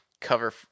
cover